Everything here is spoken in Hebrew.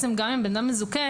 גם אם בן אדם מזוכה,